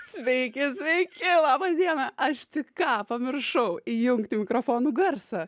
sveiki sveiki laba diena aš tik ką pamiršau įjungti mikrofono garsą